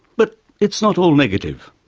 but it's not all negative.